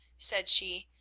said she,